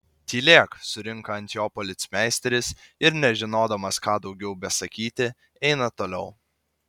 tylėk surinka ant jo policmeisteris ir nežinodamas ką daugiau besakyti eina toliau